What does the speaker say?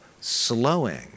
slowing